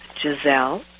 Giselle